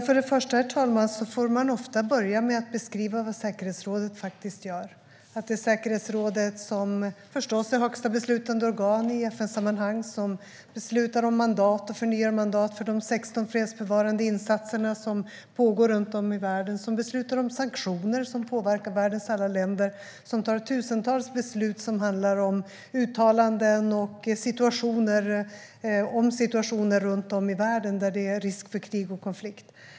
Herr talman! Man får ofta börja med att beskriva vad säkerhetsrådet faktiskt gör: att det är säkerhetsrådet som är högsta beslutande organ i FN-sammanhang, som beslutar om och förnyar mandat för de 16 fredsbevarande insatser som pågår runt om i världen, som beslutar om sanktioner som påverkar världens alla länder och som fattar tusentals beslut om uttalanden och situationer runt om i världen där det är risk för krig och konflikt.